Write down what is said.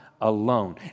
alone